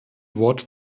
wort